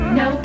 no